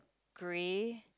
grey